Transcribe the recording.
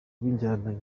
w’injyana